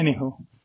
Anywho